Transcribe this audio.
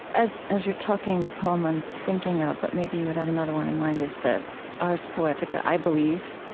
as as you're talking, the poem i'm thinking of, but maybe you would have another one in mind, is the ars poetica i believe.